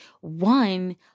one